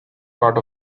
part